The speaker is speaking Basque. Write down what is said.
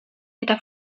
eta